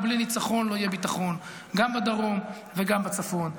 ובלי ניצחון לא יהיה ביטחון גם בדרום וגם בצפון.